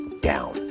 down